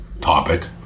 topic